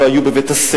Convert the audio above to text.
לא היו בבית-הספר,